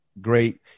Great